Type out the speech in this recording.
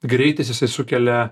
greitis jisai sukelia